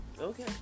okay